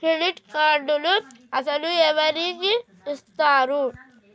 Credit కార్డులు అసలు ఎవరికి ఇస్తారు?